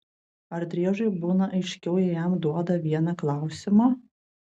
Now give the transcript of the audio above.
ar driežui būna aiškiau jei jam duoda vieną klausimą